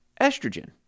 estrogen